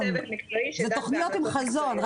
זה תכניות עם חזון.